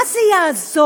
מה זה יעזור,